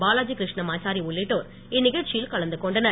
பாலாஜி கிருஷ்ணமாச்சாரி உள்ளிட்டோர் இந்நிகழ்ச்சியில் கலந்து கொண்டனர்